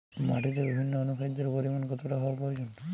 মাটিতে বিভিন্ন অনুখাদ্যের পরিমাণ কতটা হওয়া প্রয়োজন?